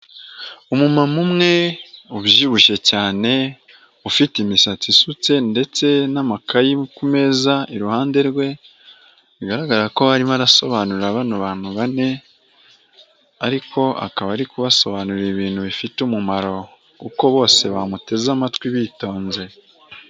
Umumama umwe ubyibushye cyane ufite imisatsi isutse ndetse n'amakayi ku meza iruhande rwe; bigaragara ko arimo arasobanurira bano abantu bane ariko akaba ari kubasobanurira ibintu bifite umumaro kuko bose bamuteze amatwi bitonze.